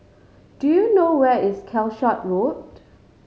do you know where is Calshot Road